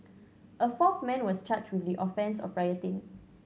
a fourth man was charged with the offence of